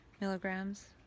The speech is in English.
milligrams